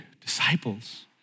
disciples